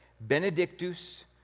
Benedictus